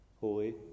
Holy